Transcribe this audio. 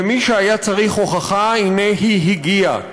למי שהיה צריך הוכחה, הינה, היא הגיעה.